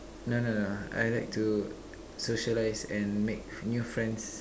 no no no I like to socialize and make new friends